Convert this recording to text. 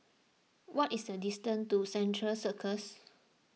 what is the distance to Central Circus